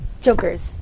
Jokers